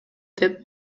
деп